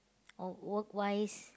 or work wise